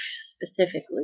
Specifically